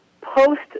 post